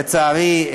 לצערי,